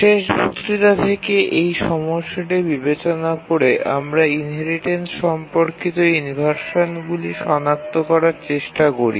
শেষ বক্তৃতা থেকে এই সমস্যাটি বিবেচনা করে আমরা ইনহেরিটেন্স সম্পর্কিত ইনভারশানগুলি সনাক্ত করার চেষ্টা করি